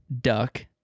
duck